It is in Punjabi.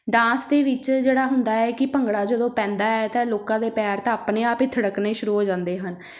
ਡਾਂਸ ਦੇ ਵਿੱਚ ਜਿਹੜਾ ਹੁੰਦਾ ਹੈ ਕਿ ਭੰਗੜਾ ਜਦੋਂ ਪੈਂਦਾ ਹੈ ਤਾਂ ਲੋਕਾਂ ਦੇ ਪੈਰ ਤਾਂ ਆਪਣੇ ਆਪ ਹੀ ਥਿੜਕਣੇ ਸ਼ੁਰੂ ਹੋ ਜਾਂਦੇ ਹਨ